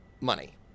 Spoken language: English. money